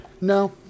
No